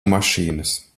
mašīnas